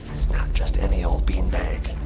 it's not just any old beanbag.